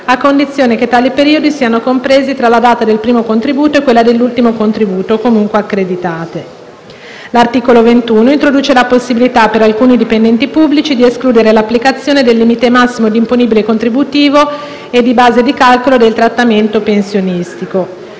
a condizione che tali periodi siano compresi tra la data del primo contributo e quella dell'ultimo contributo comunque accreditati. L'articolo 21 introduce la possibilità, per alcuni dipendenti pubblici, di escludere l'applicazione del limite massimo di imponibile contributivo e di base di calcolo del trattamento pensionistico.